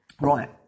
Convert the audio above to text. Right